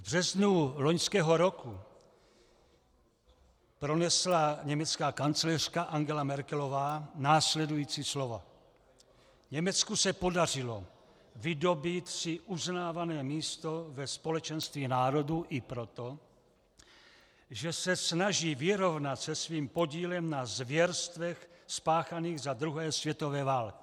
V březnu loňského roku pronesla německá kancléřka Angela Merkelová následující slova: Německu se podařilo vydobýt si uznávané místo ve společenství národů i proto, že se snaží vyrovnat se svým podílem na zvěrstvech spáchaných za druhé světové války.